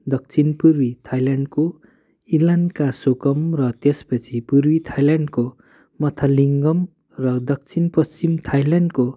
दक्षिणपूर्वी थाइल्यान्डको इलान्कासोकम र त्यसपछि पूर्वी थाइल्यान्डको मथालिङ्गम र दक्षिणपश्चिम थाइल्यान्डको